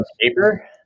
paper